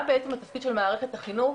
מה בעצם התפקיד של מערכת החינוך,